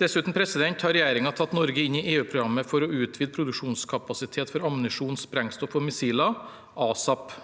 Dessuten har regjeringen tatt Norge inn i EU-programmet for å utvide produksjonskapasitet for ammunisjon, sprengstoff og missiler, ASAP.